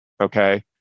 Okay